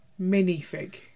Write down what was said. Minifig